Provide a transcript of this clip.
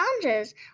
challenges